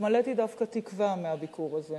התמלאתי דווקא תקווה מהביקור הזה.